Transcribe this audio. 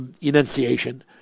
enunciation